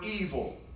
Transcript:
evil